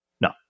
No